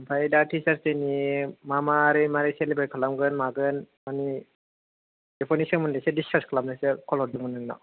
आमफ्राय दा टीचार्स दे नि मा मा माब्रै सेलेब्रेट खालामगोन मागोन मानि बेफोरनि सोमबोन्दोयै एसे डिसकास खालामनो फन हरदोंमोन नोंनाव